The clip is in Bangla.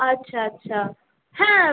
আচ্ছা আচ্ছা হ্যাঁ